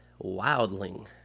wildling